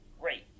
great